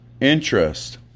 interest